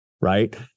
right